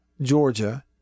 Georgia